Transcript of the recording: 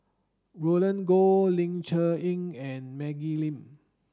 Roland Goh Ling Cher Eng and Maggie Lim